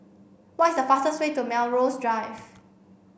what is the fastest way to Melrose Drive